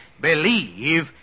believe